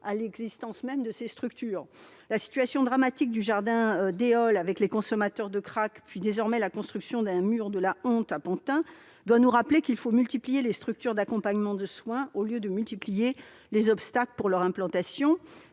à l'existence même de ces structures. La situation dramatique des jardins d'Éole, avec ses consommateurs de crack et, désormais, la construction d'un mur de la honte à Pantin, doit nous rappeler qu'il faut multiplier les structures d'accompagnement de soins plutôt que les obstacles à leur implantation.